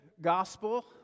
gospel